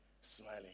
smiling